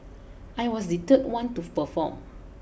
I was the third one to perform